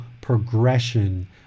progression